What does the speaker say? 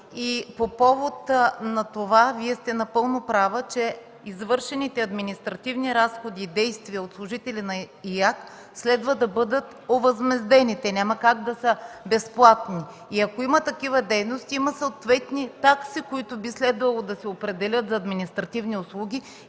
по повод на това Вие сте напълно права, че извършените административни разходи и действия от служители на ИАГ следва да бъдат овъзмездени, няма как да са безплатни. Ако има такива дейности, има съответни такси, които би следвало да се определят за административни услуги